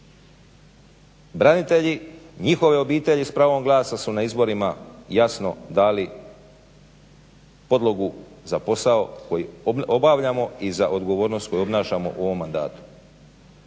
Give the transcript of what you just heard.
branitelji i njihovi obitelji s pravom glasa su na izborima jasno dali podlogu za posao koji obavljamo i za odgovornost koju obnašamo u ovom mandatu.